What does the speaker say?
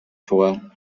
vor